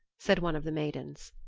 said one of the maidens.